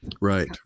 Right